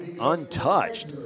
untouched